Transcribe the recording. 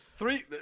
Three